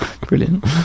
Brilliant